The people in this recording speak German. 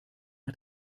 hat